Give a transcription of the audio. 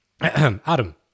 Adam